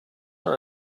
are